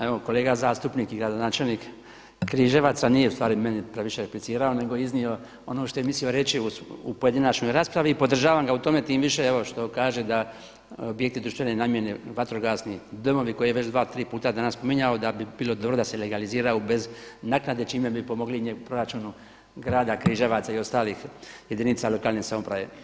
Evo kolega zastupnik i gradonačelnik Križevaca nije u stvari meni previše replicirao nego je iznio ono što je mislio reći u pojedinačnoj raspravi i podržavam ga u tome tim više evo što kaže da objekti društvene namjene, vatrogasni domovi koji već dva, tri puta danas spominjao da bi bilo dobro legaliziraju bez naknade čime bi pomogli proračunu grada Križevaca i ostalih jedinica lokalne samouprave.